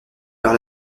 par